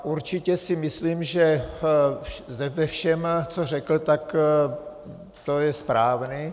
Určitě si myslím, že ve všem, co řekl, tak to je správné.